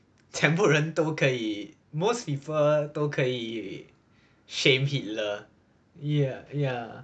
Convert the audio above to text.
全部人都可以 most people 都可以 shame hitler ya ya